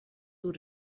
oer